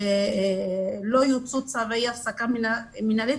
לא יוצאו צווי הפסקה מינהלית